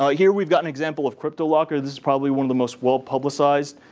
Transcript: ah here we've got an example of cryptolocker. this is probably one of the most well-publicized